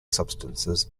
substances